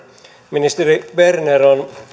ministeri berner on